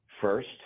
first